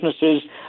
businesses